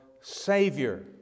Savior